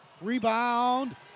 Rebound